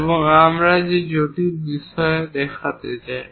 এবং আমরা যে জটিল বিবরণ দেখাতে চাই